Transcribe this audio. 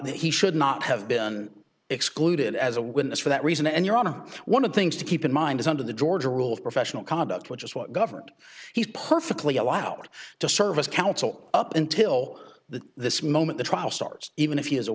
that he should not have been excluded as a witness for that reason and your honor one of things to keep in mind is under the georgia rule of professional conduct which is what government he's perfectly go out to service counsel up until this moment the trial starts even if he is a